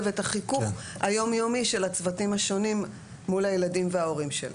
ואת החיכוך היום יומי של הצוותים השונים מול הילדים וההורים.